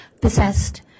possessed